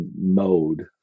mode